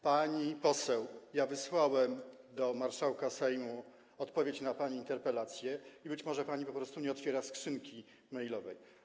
Pani poseł, ja wysłałem do marszałka Sejmu odpowiedź na pani interpelacje, być może pani po prostu nie otwiera skrzynki mailowej.